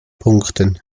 punkten